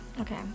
Okay